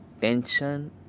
tension